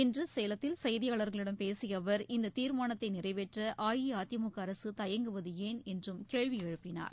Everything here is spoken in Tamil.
இன்று சேலத்தில் செய்தியாளர்களிடம் பேசிய அவர் இந்த தீர்மானத்தை நிறைவேற்ற அஇஅதிமுக அரசு தயங்குவது ஏன் என்றும் கேள்வி எழுப்பினார்